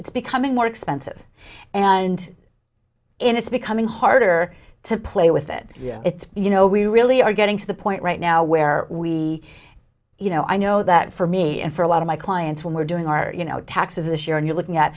it's becoming more expensive and it's becoming harder to play with it yeah it's you know we really are getting to the point right now where we you know i know that for me and for a lot of my clients when we're doing our you know taxes this year and you're looking at